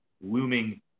looming